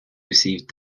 received